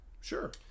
Sure